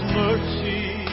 mercy